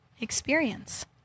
experience